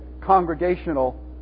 congregational